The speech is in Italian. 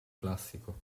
classico